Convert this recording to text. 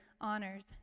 honors